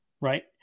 Right